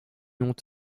ont